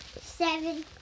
seven